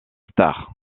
stars